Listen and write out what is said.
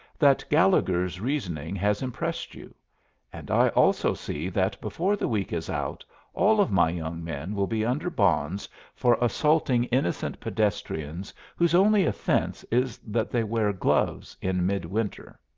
that gallegher's reasoning has impressed you and i also see that before the week is out all of my young men will be under bonds for assaulting innocent pedestrians whose only offense is that they wear gloves in midwinter.